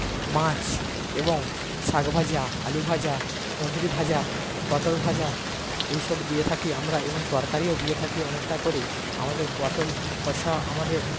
মাছ এবং শাক ভাজা আলু ভাজা কুদরি ভাজা পটল ভাজা এইসব দিয়ে থাকি আমরা এবং তরকারিও দিয়ে থাকি অনেকটা করে আমাদের পটল কষা আমাদের